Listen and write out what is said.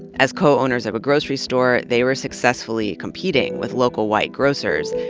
as co-owners of a grocery store they were successfully competing with local white grocers.